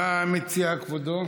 מה מציע כבודו?